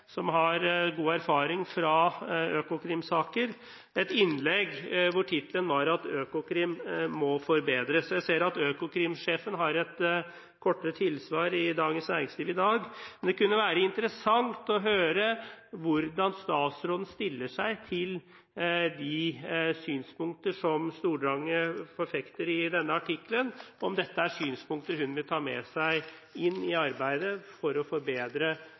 som har god erfaring fra Økokrim-saker, et innlegg med tittelen: «Økokrim må forbedres». Jeg ser at Økokrim-sjefen har et kortere tilsvar i Dagens Næringsliv i dag. Det kunne være interessant å høre hvordan statsråden stiller seg til de synspunkter som Stordrange forfekter i denne artikkelen, og om dette er synspunkter hun vil ta med seg for å forbedre arbeidet mot denne typen kriminalitet. Jeg har lyst til å